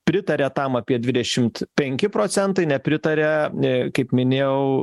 pritaria tam apie dvidešimt penki procentai nepritaria kaip minėjau